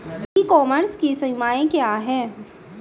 ई commerce की सीमाएं क्या हैं?